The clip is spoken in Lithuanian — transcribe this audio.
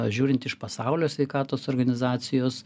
žiūrint iš pasaulio sveikatos organizacijos